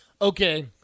Okay